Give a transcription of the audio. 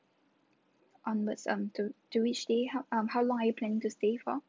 onwards um to to which day how um how long are you planning to stay for